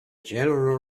general